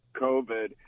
COVID